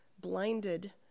blinded